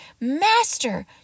Master